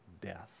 death